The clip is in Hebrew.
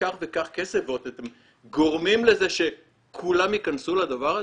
כך וכך כסף ועוד אתם גורמים לזה שכולם ייכנסו לדבר הזה?